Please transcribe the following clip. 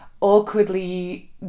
awkwardly